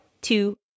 two